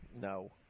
no